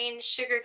sugar